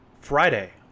Friday